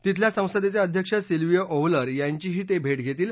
तिथल्या संसदेचे अध्यक्ष सिल्विओ ओव्हलर यांचीही ते भेट घेतील